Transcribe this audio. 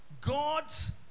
God's